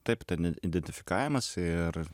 taip ten identifikavimas ir